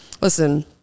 Listen